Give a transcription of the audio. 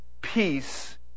peace